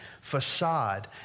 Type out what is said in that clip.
facade